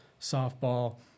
softball